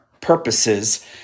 purposes